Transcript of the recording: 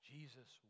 Jesus